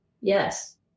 yes